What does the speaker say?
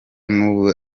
n’ubu